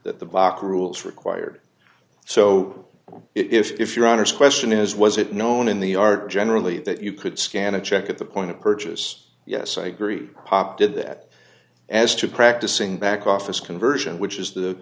that the block rules required so if your honour's question is was it known in the art generally that you could scan a check at the point of purchase yes i agree pop did that as to practicing back office conversion which is the